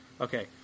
Okay